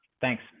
Thanks